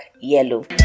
Yellow